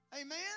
Amen